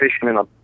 fisherman